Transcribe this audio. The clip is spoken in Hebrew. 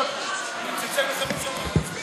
(קוראת בשמות חברי הכנסת)